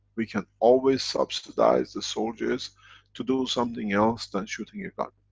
we can always subsidize the soldiers to do something else, than shooting a gun.